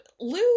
lou